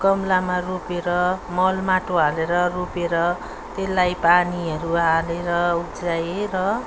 गमलामा रोपेर मल माटो हालेर रोपेर त्यसलाई पानीहरू हालेर उब्जाएँ र